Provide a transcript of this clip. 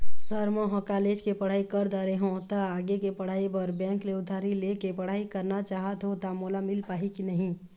Sir म ह college के पढ़ाई कर दारें हों ता आगे के पढ़ाई बर बैंक ले उधारी ले के पढ़ाई करना चाहत हों ता मोला मील पाही की नहीं?